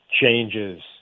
changes